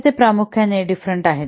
तर ते प्रामुख्याने डिफरेन्ट आहेत